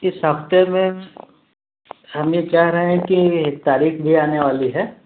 یہ سافٹویئر میں ہم یہ چاہ رہے ہیں کہ تاریخ بھی آنے والی ہے